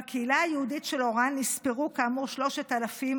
בקהילה היהודית של אוראן נספרו כאמור 3,000